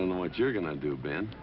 what you're gonna do, ben.